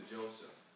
Joseph